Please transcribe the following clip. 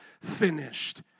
Finished